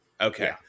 okay